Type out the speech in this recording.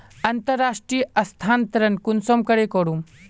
अंतर्राष्टीय स्थानंतरण कुंसम करे करूम?